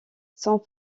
san